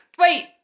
Wait